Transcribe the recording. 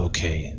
Okay